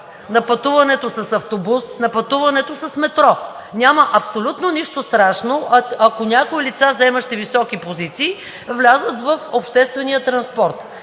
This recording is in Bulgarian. на пътуването с автобус, на пътуването с метро. Няма абсолютно нищо страшно, ако някои лица, заемащи високи позиции, влязат в обществения транспорт.